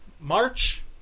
March